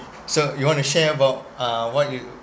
so you want to share about uh what you